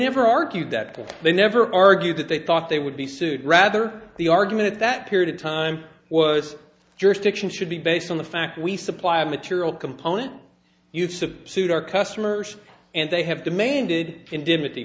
never argued that they never argued that they thought they would be sued rather the argument at that period of time was jurisdiction should be based on the fact we supply a material component use of suit our customers and they have demanded indemnit